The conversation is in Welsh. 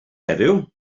heddiw